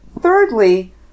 thirdly